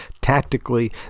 Tactically